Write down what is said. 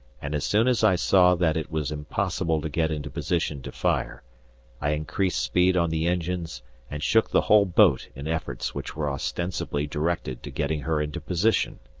and as soon as i saw that it was impossible to get into position to fire i increased speed on the engines and shook the whole boat in efforts which were ostensibly directed to getting her into position.